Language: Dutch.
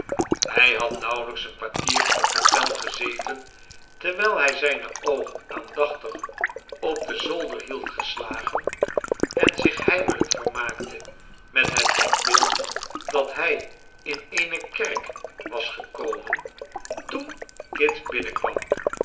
hij had nauwelijks een kwartier in de kapel gezeten terwijl hij zijne oogen aandachtig op den zolder hield geslagen en zich heimelijk vermaakte met het denkbeeld dat hij in eene kerk was gekomen toen kit binnenkwam